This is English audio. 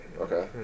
okay